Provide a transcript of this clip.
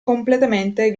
completamente